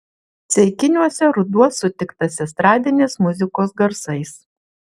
ceikiniuose ruduo sutiktas estradinės muzikos garsais